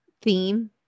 theme